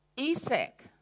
Isaac